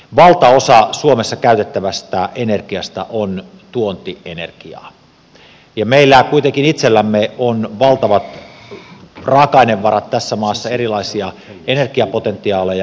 valtaosa suomessa käytettävästä energiasta on tuontienergiaa ja meillä kuitenkin itsellämme on valtavat raaka ainevarat tässä maassa erilaisia energiapotentiaaleja